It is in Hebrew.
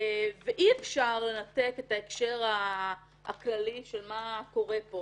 ואי אפשר לנתק את ההקשר הכללי של מה שקורה פה